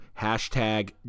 hashtag